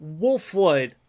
Wolfwood